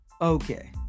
Okay